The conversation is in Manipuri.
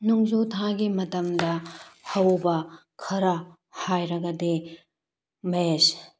ꯅꯣꯡꯖꯨ ꯊꯥꯒꯤ ꯃꯇꯝꯗ ꯍꯧꯕ ꯈꯔ ꯍꯥꯏꯔꯒꯗꯤ ꯃꯦꯖ